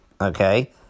Okay